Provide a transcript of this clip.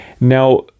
Now